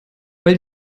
weil